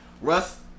Russ